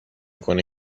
کنه